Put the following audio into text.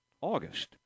August